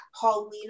Paulina